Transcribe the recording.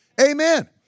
Amen